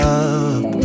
up